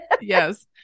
Yes